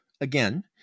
again